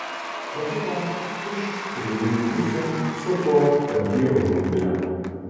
mokyklą iš trijų pusių supo tanki ąžuolų giria